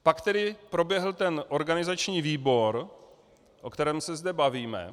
Pak proběhl ten organizační výbor, o kterém se zde bavíme.